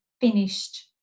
finished